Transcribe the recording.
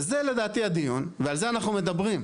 וזה לדעתי הדיון ועל זה אנחנו מדברים.